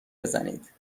بزنید